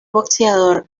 boxeador